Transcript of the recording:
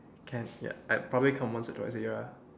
can ya I'll probably come once or twice a year ah